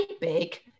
big